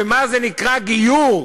ומה זה נקרא גיור,